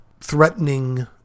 threatening